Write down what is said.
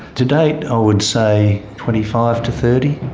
to date i would say twenty five to thirty.